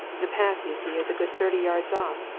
the path, you see, is a good thirty yards off.